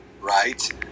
right